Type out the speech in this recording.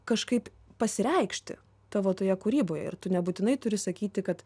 kažkaip pasireikšti tavo toje kūryboje ir tu nebūtinai turi sakyti kad